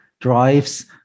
drives